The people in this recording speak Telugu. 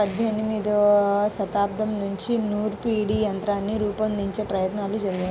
పద్దెనిమదవ శతాబ్దం నుంచే నూర్పిడి యంత్రాన్ని రూపొందించే ప్రయత్నాలు జరిగాయి